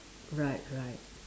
right right